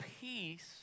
peace